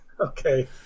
Okay